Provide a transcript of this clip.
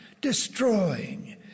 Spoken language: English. destroying